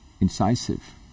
incisive